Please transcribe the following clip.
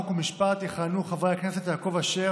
חוק ומשפט יכהנו חברי הכנסת יעקב אשר,